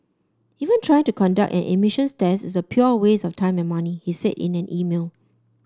even trying to conduct an emissions test is a pure waste of time and money he said in an email